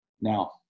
Now